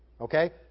Okay